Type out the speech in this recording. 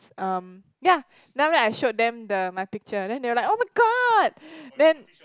erm yeah then after that I showed them the my picture then they were like oh my-god then